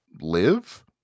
live